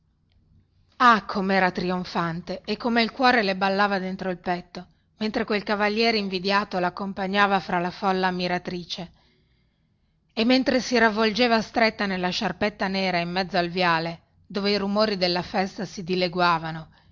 come era trionfante e come il cuore le ballava dentro il petto mentre quel cavaliere invidiato laccompagnava fra la folla ammiratrice e mentre si ravvolgeva stretta nella sciarpetta nera in mezzo al viale dove i rumori della festa si dileguavano